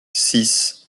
six